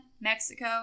Mexico